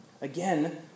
Again